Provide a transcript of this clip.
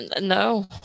no